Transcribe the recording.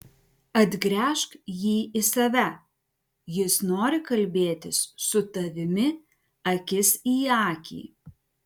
atgręžk jį į save jis nori kalbėtis su tavimi akis į akį